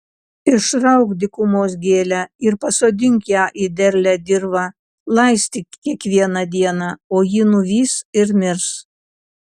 išrauk dykumos gėlę ir pasodink ją į derlią dirvą laistyk kiekvieną dieną o ji nuvys ir mirs